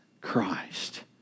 Christ